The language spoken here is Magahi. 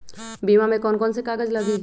बीमा में कौन कौन से कागज लगी?